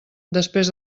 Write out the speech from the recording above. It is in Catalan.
després